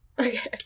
Okay